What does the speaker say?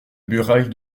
muraille